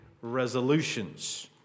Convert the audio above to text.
resolutions